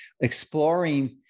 exploring